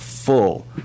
full